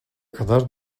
kadar